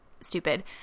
stupid